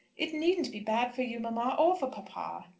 it needn't be bad for you, mamma or for papa.